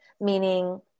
meaning